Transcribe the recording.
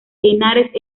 henares